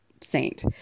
Saint